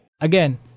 Again